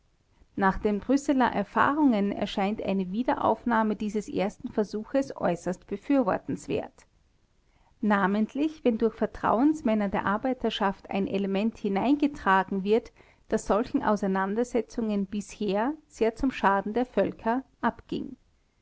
nach den brüsseler erfahrungen erscheint eine wiederaufnahme dieses ersten versuches äußerst befürwortenswert namentlich wenn durch vertrauensmänner der arbeiterschaft ein element hineingetragen wird das solchen auseinandersetzungen bisher sehr zum schaden der völker abging